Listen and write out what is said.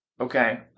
Okay